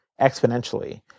exponentially